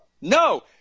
No